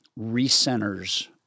recenters –